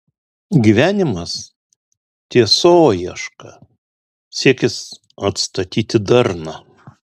gyvenimas tiesoieška siekis atstatyti darną